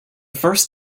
first